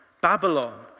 Babylon